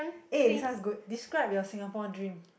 eh this one good describe your Singapore dream